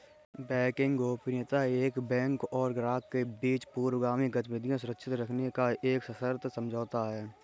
banking गोपनीयता एक bank और ग्राहकों के बीच पूर्वगामी गतिविधियां सुरक्षित रखने का एक सशर्त समझौता है